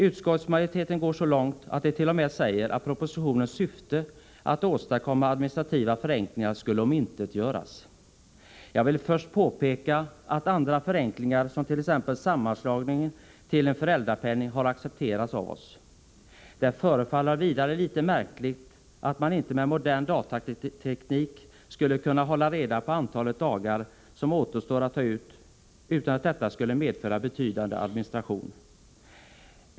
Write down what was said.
Utskottsmajoriteten går så långt att man t.o.m. säger att propositionens syfte att åstadkomma administrativa förenklingar skulle omintetgöras. Jag vill först påpeka att andra förenklingar, t.ex. sammanslagningen till en föräldrapenning, har accepterats av oss. Det förefaller vidare litet märkligt att man med modern datateknik inte skulle kunna hålla reda på antalet dagar som återstår att ta ut utan att detta skulle medföra betydande administration.